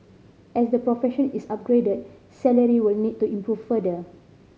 as the profession is upgraded salary will need to improve further